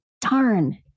darn